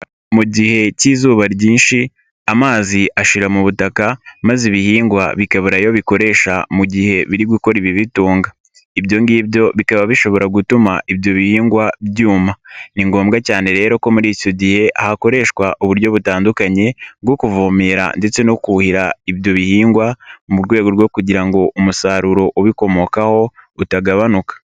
Mu gihe cy'izuba ryinshi amazi ashira mu butaka maze ibihingwa bikabura ayo bikoresha mu gihe biri gukora ibibitunga, ibyo ngibyo bikaba bishobora gutuma ibyo bihingwa byuma, ni ngombwa cyane rero ko muri icyo gihe hakoreshwa uburyo butandukanye bwo kuvomera ndetse no kuhira ibyo bihingwa mu rwego rwo kugira ngo umusaruro ubikomokaho utagabanuka.